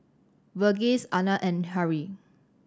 Verghese Anand and Hri